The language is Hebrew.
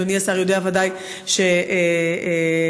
אדוני השר ודאי יודע שעיוור,